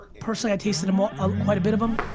personally i tasted them, ah ah quite a bit of them,